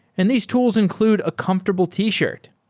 and these tools include a comfortable t-shirt.